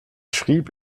schrieb